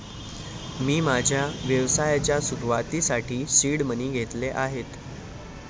मी माझ्या व्यवसायाच्या सुरुवातीसाठी सीड मनी घेतले आहेत